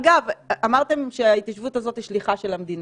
אגב, אמרתם שההתיישבות הזאת היא שליחה של המדינה.